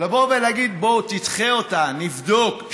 לבוא ולהגיד: בואו, תדחה אותה, נבדוק.